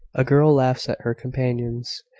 a girl laughs at her companions,